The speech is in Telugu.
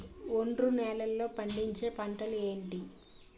ఒండ్రు నేలలో పండించే పంటలు ఏంటి?